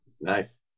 nice